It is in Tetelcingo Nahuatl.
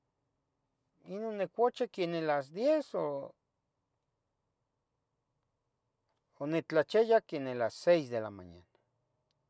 Ino nicuchi queneh las diez o nitlachia queneh las seis de la mañana.